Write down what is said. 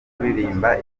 kuririmba